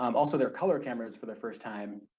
um also they're color cameras for the first time.